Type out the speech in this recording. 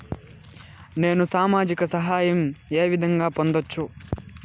నేను సామాజిక సహాయం వే విధంగా పొందొచ్చు?